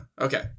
okay